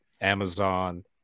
Amazon